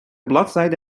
bladzijde